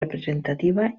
representativa